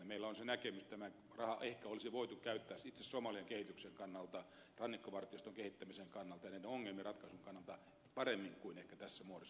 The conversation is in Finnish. meillä on se näkemys että tämä raha ehkä olisi voitu käyttää itse somalian kehityksen kannalta rannikkovartioston kehittämisen kannalta ja näiden ongelmien ratkaisun kannalta paremmin kuin ehkä tässä muodossa